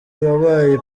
wabaye